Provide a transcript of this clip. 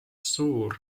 suur